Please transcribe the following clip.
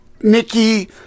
Nikki